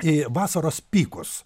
į vasaros pykus